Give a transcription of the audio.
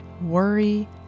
worry